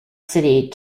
city